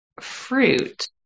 fruit